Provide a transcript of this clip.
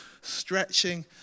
stretching